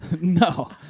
No